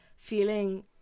Feeling